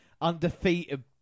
Undefeated